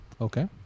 Okay